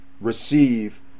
receive